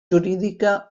jurídica